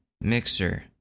Mixer